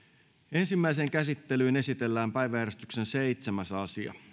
ensimmäiseen käsittelyyn esitellään päiväjärjestyksen seitsemäs asia